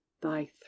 thy